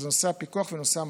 שהם נושא הפיקוח ונושא המצלמות.